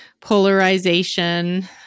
polarization